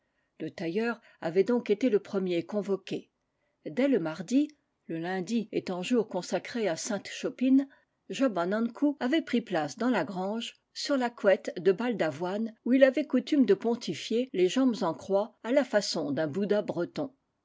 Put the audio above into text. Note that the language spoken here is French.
le tailleur avait donc été le premier convoqué dès le mardi le lundi étant jour consacré à sainte chopine job an ankou avait pris place dans la grange sur la couette de balle d'avoine où il avait coutume de pontifier les jambes en croix à la façon d'un bouddha breton